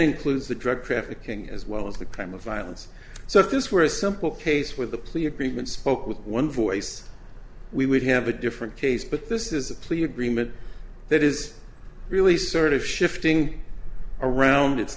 includes the drug trafficking as well as the crime of violence so if this were a simple case with a plea agreement spoke with one voice we would have a different case but this is a plea agreement that is really sort of shifting around it's